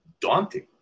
daunting